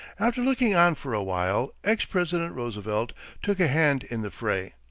after looking on for a while, ex-president roosevelt took a hand in the fray.